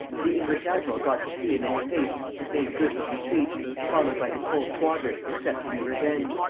the english admiral got to sea in all haste and made good his retreat, followed by his whole squadron excepting the revenge,